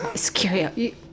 Scary